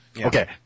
Okay